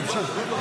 להמשיך.